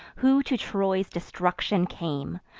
who to troy's destruction came,